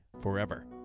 forever